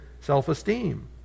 self-esteem